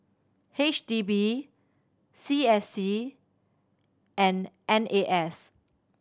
H D B C S C and N A S